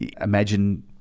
imagine